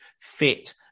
fit